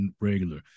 regular